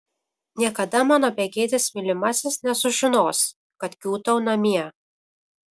niekada mano begėdis mylimasis nesužinos kad kiūtau namie